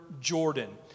Jordan